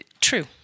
True